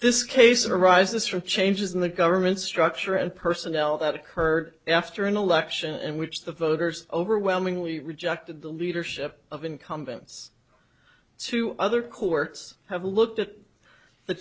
this case arises from changes in the government structure of personnel that occur after an election in which the voters overwhelmingly rejected the leadership of incumbents to other courts have looked at the